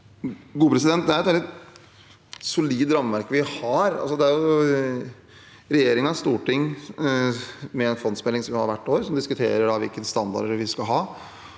Det er et veldig solid rammeverk vi har. Regjering og storting har en fondsmelding hvert år som diskuterer hvilke standarder vi skal ha.